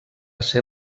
ser